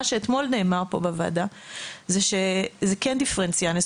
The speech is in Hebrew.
שאתמול נאמר פה בוועדה זה שזה כן דיפרנציאלי,